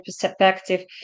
perspective